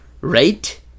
right